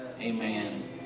Amen